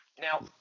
Now –